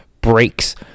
breaks